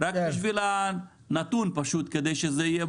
רק בשביל הנתון, כדי שזה יהיה